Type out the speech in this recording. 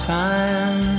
time